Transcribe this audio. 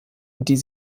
die